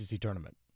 tournament